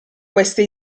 questa